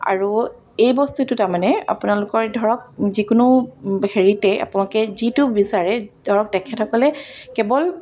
আৰু এই বস্তুটো তাৰমানে আপোনালোকৰ ধৰক যিকোনো হেৰিতে আপোনালোকে যিটো বিচাৰে ধৰক তেখেতসকলে কেৱল